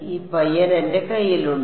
ഈ പയ്യൻ എന്റെ കയ്യിലുണ്ട്